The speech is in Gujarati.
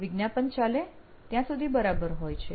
વિજ્ઞાપન ચાલે ત્યાં સુધી બરાબર હોય છે